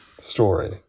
story